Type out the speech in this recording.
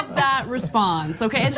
that response, okay,